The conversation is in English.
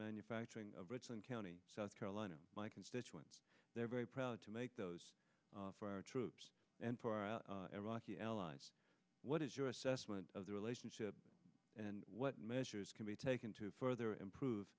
manufacturing of richland county south carolina my constituents they're very proud to make those for our troops and for every rocky allies what is your assessment of the relationship and what measures can be taken to further improve